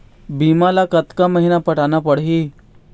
बीमा ला कतका महीना पटाना पड़ही?